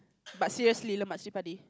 but seriously love much chilli-padi